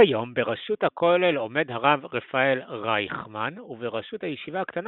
כיום בראשות הכולל עומד הרב רפאל רייכמן ובראשות הישיבה הקטנה